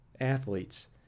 athletes